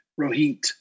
Rohit